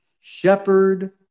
shepherd